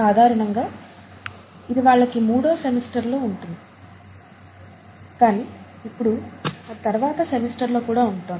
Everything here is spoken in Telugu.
సాధారణంగా ఇది వాళ్ళకి మూడో సెమిస్టర్ లో ఉంటుంది కానీ ఇప్పుడు ఆ తర్వాత సెమెస్టర్లలో కూడా ఉంటోంది